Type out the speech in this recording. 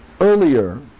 earlier